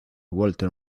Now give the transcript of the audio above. walter